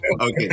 Okay